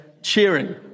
cheering